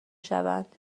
شوند